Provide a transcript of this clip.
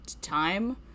time